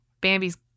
Bambi's